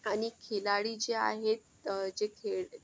आणि खिलाडी जे आहेत जे खेळ